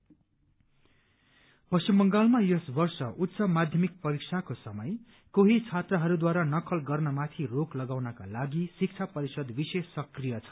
exam cheating पश्चिम बंगालमा यस वर्ष उच्च माध्यमिक परीक्षाको समय केही छात्रहरूद्वारा नकल गर्नमाथि रोक लगाउनका लागि शिक्षा परिषद विशेष सक्रिय छ